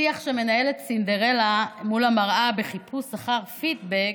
השיח שמנהלת המלכה מול המראה בחיפוש אחר פידבק